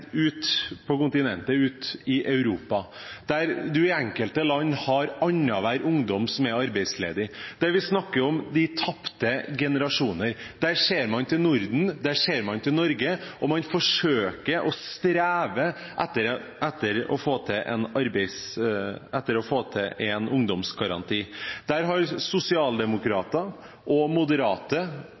ut på kontinentet, ut i Europa, der det i enkelte land er annenhver ungdom som er arbeidsledig, og der vi snakker om de tapte generasjoner. Der ser man til Norden og Norge, og man forsøker og strever etter å få til en ungdomsgaranti. Sosialdemokrater og moderate høyremedlemmer har gått sammen i EU-parlamentet for å sikre ungdom framtiden, for å sikre arbeidslinjen og